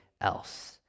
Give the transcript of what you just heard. else